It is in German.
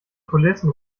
kulissen